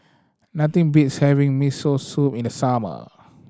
nothing beats having Miso Soup in the summer